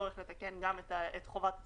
צורך לתקן את חובת התשאול.